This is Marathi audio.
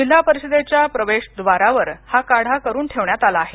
जिल्हा परिषदेच्या प्रवेशद्वारावर हा काढा करून ठेवण्यात आलेला आहे